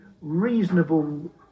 reasonable